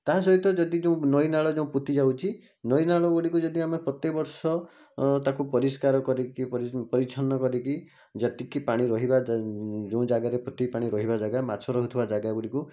ତାହା ସହିତ ଯଦି ଯେଉଁ ନଈ ନାଳ ଯେଉଁ ପୋତିଯାଉଛି ନଈ ନାଳଗୁଡ଼ିକୁ ଯଦି ଆମେ ପ୍ରତ୍ୟେକ ବର୍ଷ ତାକୁ ପରିଷ୍କାର କରିକି ପରିଚ୍ଛନ୍ନ କରିକି ଯେତିକି ପାଣି ରହିବା ଯେଉଁ ଜାଗାରେ ପ୍ରତ୍ୟେକ ପାଣି ରହିବା ଜାଗା ମାଛ ରହୁଥିବା ଜାଗାଗୁଡିକୁ